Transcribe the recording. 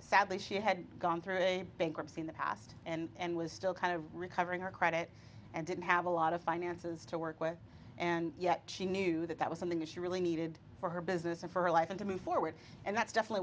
sadly she had gone through a bankruptcy in the past and was still kind of recovering her credit and didn't have a lot of finances to work with and yet she knew that that was something that she really needed for her business and her life and to move forward and that's definitely